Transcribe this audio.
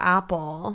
Apple